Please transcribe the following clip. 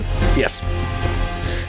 Yes